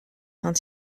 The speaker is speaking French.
saint